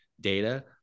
data